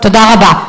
תודה רבה.